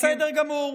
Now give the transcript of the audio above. בסדר גמור.